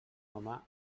home